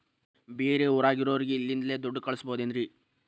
ಬೇರೆ ಊರಾಗಿರೋರಿಗೆ ಇಲ್ಲಿಂದಲೇ ದುಡ್ಡು ಕಳಿಸ್ಬೋದೇನ್ರಿ?